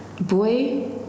boy